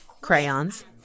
crayons